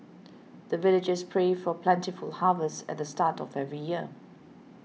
the villagers pray for plentiful harvest at the start of every year